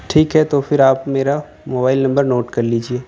ٹھیک ہے تو پھر آپ میرا موبائل نمبر نوٹ کر لیجیے